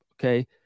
okay